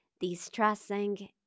distressing